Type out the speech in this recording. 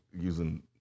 using –